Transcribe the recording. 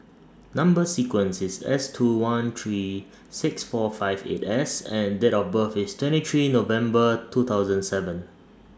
Number sequence IS S two one three six four five eight S and Date of birth IS twenty three November two thousand seven